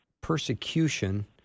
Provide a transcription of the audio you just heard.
persecution